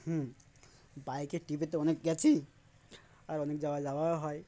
হুম bike ট্রিপে তো অনেক গিয়েছিই আর অনেক জায়গা যাওয়াও হয়